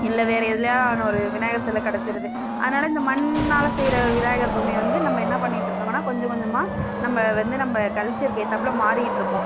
இல்லை வேறு எதுலையாது ஆன ஒரு விநாயகர் சிலை கிடச்சிருது அதனால் இந்த மண்ணால் செய்கிற விநாயகர் பொம்மையை வந்து நம்ம என்ன பண்ணிகிட்டுருக்கோங்கன்னா கொஞ்சம் கொஞ்சமாக நம்ப வந்து நம்ப கல்ச்சருக்கு ஏற்றாப்புல மாறிக்கிட்டிருப்போம்